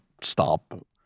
stop